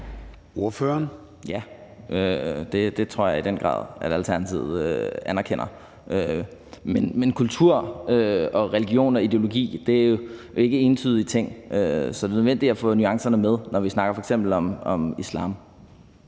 (ALT): Ja, det tror jeg i den grad at Alternativet anerkender. Men kultur og religion og ideologi er jo ikke entydige ting, så det er nødvendigt at få nuancerne med, når vi snakker om f.eks.